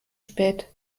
spät